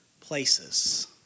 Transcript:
places